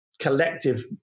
collective